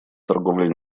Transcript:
торговлей